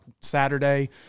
Saturday